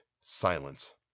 silence